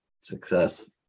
success